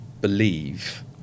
believe